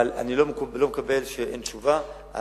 אבל אני לא מקבל שאין תשובה.